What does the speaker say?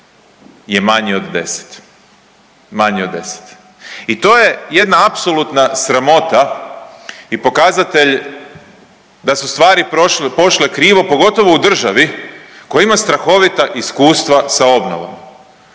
10, manji od 10. I to je jedna apsolutna sramota i pokazatelj da su stvari pošle krivo pogotovo u državi koja ima strahovita iskustva sa obnovom,